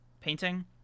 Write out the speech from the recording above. painting